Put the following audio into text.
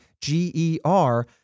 G-E-R